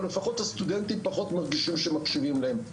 לפחות הסטודנטים פחות מרגישים שמקשיבים להם,